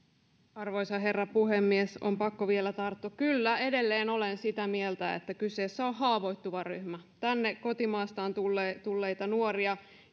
arvoisa herra puhemies on pakko vielä tarttua tähän kyllä edelleen olen sitä mieltä että kyseessä on haavoittuva ryhmä tänne kotimaastaan tulleita nuoria